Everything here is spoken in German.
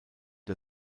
der